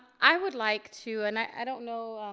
i would like to, and i don't know,